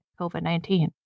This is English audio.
COVID-19